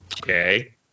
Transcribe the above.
okay